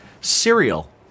cereal